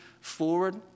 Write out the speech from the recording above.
forward